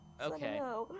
Okay